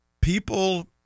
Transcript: people—